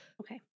Okay